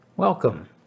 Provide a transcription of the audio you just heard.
Welcome